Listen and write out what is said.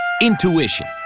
Intuition